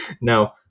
no